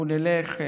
אנחנו נלך,